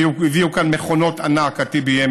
והביאו כאן מכונות ענק, ה-TBM,